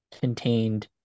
contained